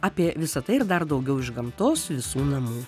apie visa tai ir dar daugiau iš gamtos visų namų